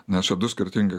nes čia du skirtingi